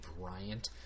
Bryant